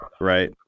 right